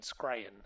Scrayen